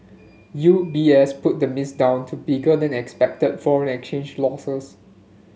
U B S put the miss down to bigger than expected foreign exchange losses